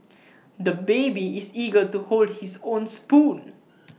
the baby is eager to hold his own spoon